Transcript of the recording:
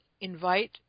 invite